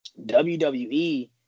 WWE